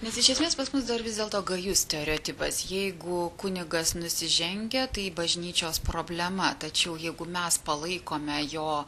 nes iš esmės pas mus dar vis dėlto gajus stereotipas jeigu kunigas nusižengia tai bažnyčios problema tačiau jeigu mes palaikome jo